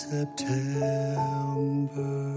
September